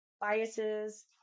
biases